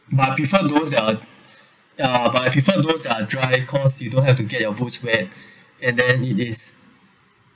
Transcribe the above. but I prefer those that are that ah but I prefer those that are dry cause you don't have to get your boots wet and then it is